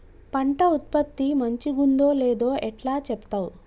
పంట ఉత్పత్తి మంచిగుందో లేదో ఎట్లా చెప్తవ్?